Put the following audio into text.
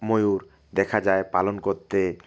ময়ূর দেখা যায় পালন করতে